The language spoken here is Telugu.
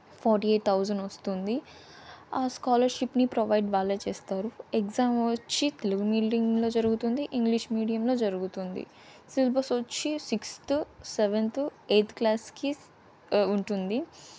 ఫార్టీ ఎయిట్ థౌజన్ వస్తుంది ఆ స్కాలర్షిప్ని ప్రొవైడ్ వాళ్ళే చేస్తారు ఎగ్జామ్ వచ్చి తెలుగు మీల్డింగ్లో జరుగుతుంది ఇంగ్లీష్ మీడియంలో జరుగుతుంది సిలబస్ వచ్చి సిక్స్త్ సెవెంత్ ఎయిత్ క్లాస్కి ఉంటుంది